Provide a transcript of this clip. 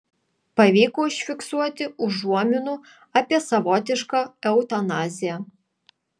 pavyko užfiksuoti užuominų apie savotišką eutanaziją